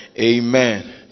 Amen